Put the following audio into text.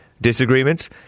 disagreements